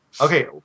Okay